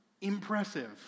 impressive